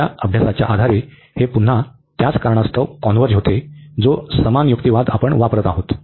आधीच्या अभ्यासाच्या आधारे हे पुन्हा त्याच कारणास्तव कॉन्व्हर्ज होते जो समान युक्तिवाद आपण वापरत आहोत